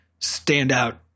standout